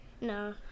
No